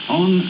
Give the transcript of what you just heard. on